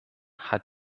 hat